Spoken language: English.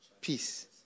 Peace